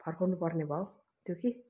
फर्काउनुपर्ने भयो त्यो कि